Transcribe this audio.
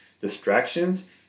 distractions